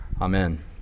amen